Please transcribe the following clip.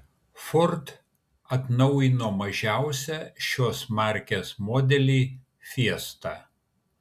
ford atnaujino mažiausią šios markės modelį fiesta